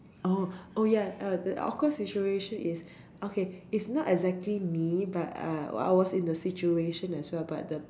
oh oh ya uh the awkward situation is okay is not exactly me but uh I was in the situation as well but the